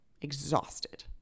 exhausted